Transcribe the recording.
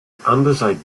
andesite